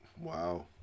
Wow